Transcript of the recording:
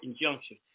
injunction